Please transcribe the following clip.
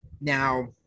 Now